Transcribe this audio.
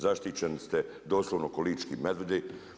Zaštićeni ste doslovno ko' lički medvjedi.